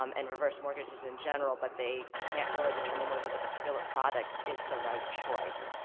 um and reverse mortgages in general, but they can't really determine whether the particular product is the right choice.